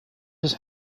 his